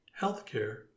healthcare